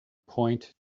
point